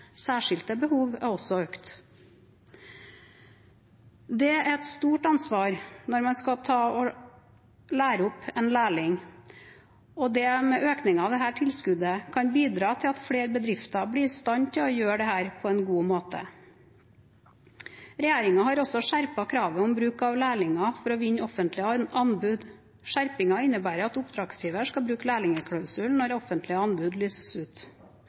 særskilte behov er også økt. Det er et stort ansvar å lære opp en lærling, og en økning av dette tilskuddet kan bidra til at flere bedrifter blir i stand til å gjøre det på en god måte. Regjeringen har også skjerpet kravet om bruk av lærlinger for å vinne offentlige anbud. Skjerpingen innebærer at oppdragsgiver skal bruke lærlingklausulen når offentlige anbud lyses ut.